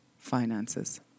finances